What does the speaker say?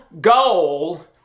goal